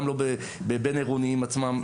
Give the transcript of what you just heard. גם בבין עירוניים עצמם,